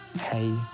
hey